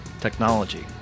technology